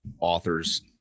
authors